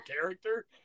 character